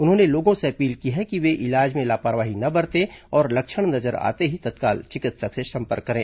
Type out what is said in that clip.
उन्होंने लोगों से अपील की है कि वे इलाज में लापरवाही न बरतें और लक्षण नजर आते ही तत्काल चिकित्सक से संपर्क करें